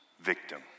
victim